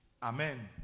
Amen